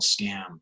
scam